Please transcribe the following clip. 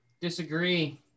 disagree